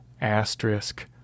asterisk